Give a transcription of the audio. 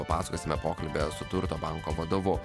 papasakosime pokalbyje su turto banko vadovu